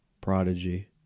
prodigy